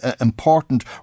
important